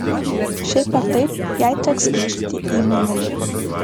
šiaip ar taip jai teks grįžti į mėnulį